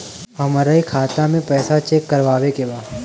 हमरे खाता मे पैसा चेक करवावे के बा?